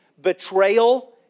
betrayal